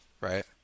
right